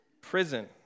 prison